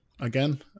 again